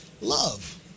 love